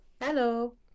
Hello